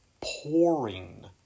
pouring